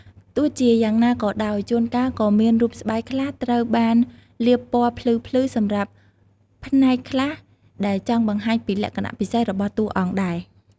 ទោះជាយ៉ាងណាក៏ដោយ ជួនកាលក៏មានរូបស្បែកខ្លះត្រូវបានលាបពណ៌ភ្លឺៗសម្រាប់ផ្នែកខ្លះដែលចង់បង្ហាញពីលក្ខណៈពិសេសរបស់តួអង្គដែរ។